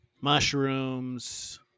mushrooms